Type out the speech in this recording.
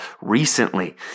recently